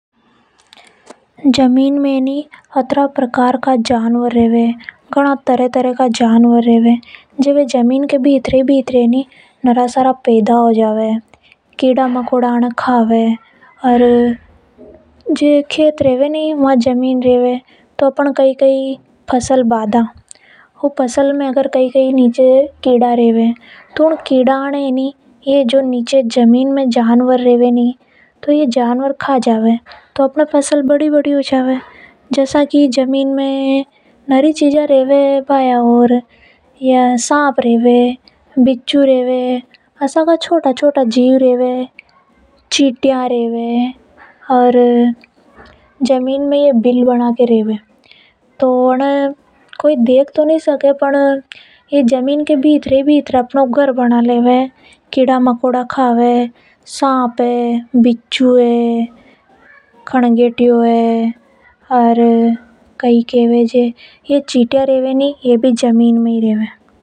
जमीन में एनी घणा प्रकार का जानवर रेवे घणा तरह तरह का जानवर रेवे। जमीन में कीड़ा मकोड़ा ने कावे, अपन खेत में फ़सल बावा। तो ऊ जमीन में नरा सारा कीड़ा रेवे नि उन सब ए ये। जमीन में रेबा वाला जानवर का जावे। जिसे अपनी फसल खराब होभा से बच जावे। जसा की जमीन में साप, चींटियां, और भी नरा सारा जानवर रेवे जो घणा काम का है।